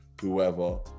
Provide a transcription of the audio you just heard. whoever